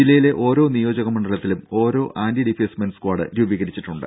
ജില്ലയിലെ ഓരോ നിയോജക മണ്ഡലത്തിലും ഓരോ ആന്റി ഡിഫേസ്മെന്റ് സ്ക്വാഡ് രൂപീകരിച്ചിട്ടുണ്ട്